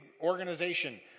organization